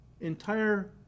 entire